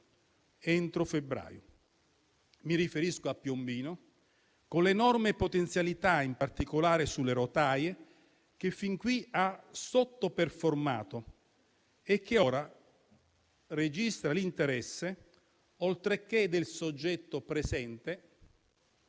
entro febbraio. Mi riferisco a Piombino, con l'enorme potenzialità, in particolare sulle rotaie, che fin qui ha sottoperformato e che ora registra l'interesse, oltre che del soggetto presente,